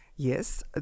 Yes